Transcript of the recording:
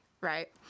right